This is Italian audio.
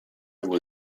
vuol